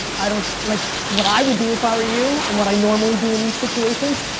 i don't, like, what i would do if i were you, and what i normally do in these situations,